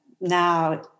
now